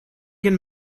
can